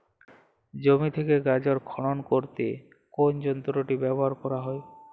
জমি থেকে গাজর খনন করতে কোন যন্ত্রটি ব্যবহার করা হয়?